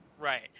Right